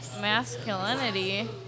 masculinity